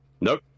Nope